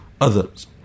others